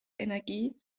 energie